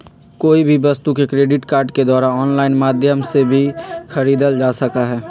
कोई भी वस्तु के क्रेडिट कार्ड के द्वारा आन्लाइन माध्यम से भी खरीदल जा सका हई